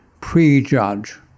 prejudge